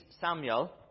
Samuel